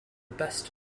best